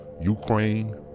Ukraine